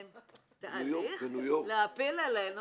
להפיל עלינו